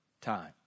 time